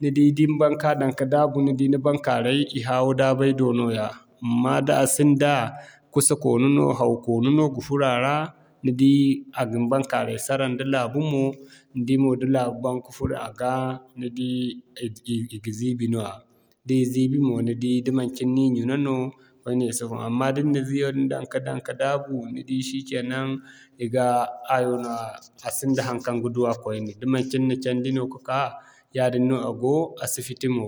ni di da ni baŋ kaa daŋ ka daabu ni di ni baŋkaaray i haawu-daabay do nooya. Amma da a sinda kusa koonu no, haw koonu no ga furo a ra, ni di a ga ni baŋkaaray sara nda laabu mo, ni di mo da laabu baŋ ka furo a ga, i ga ziibi nooya. Da i ziibi mo ni di da manci ni'ni ɲuna no wane si fun amma da ni na ziyo din daŋ ka daŋ ka daabu, ni di shikenan i gaa hayo nooya. A sinda haŋkaŋ ga duwa koyne da manci ni'na candi no ka'ka yaadin no a go, a si fiti mo.